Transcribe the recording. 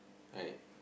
right